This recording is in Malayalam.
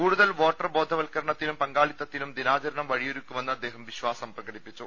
കൂടുതൽ വോട്ടർ ബോധവത്ക്കരണത്തിനും പങ്കാളിത്തത്തിനും ദിനാചരണം വഴിയൊരുക്കുമെന്ന് അദ്ദേഹം വിശ്വാസം പ്രകടിപ്പിച്ചു